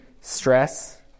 stress